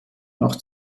noch